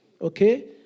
okay